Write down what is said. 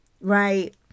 right